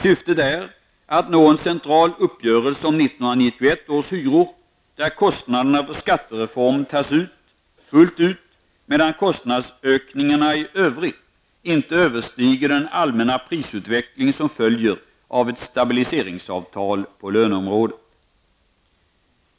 Syftet är att nå en central uppgörelse om 1991 års hyror där kostnaderna för skattereformen tas ut fullt ut, medan kostnadsökningarna i övrigt inte överstiger den allmänna prisutveckling som följer av ett stabiliseringsavtal på löneområdet.